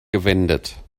gewendet